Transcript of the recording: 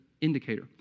indicator